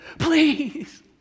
Please